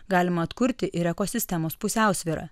galima atkurti ir ekosistemos pusiausvyrą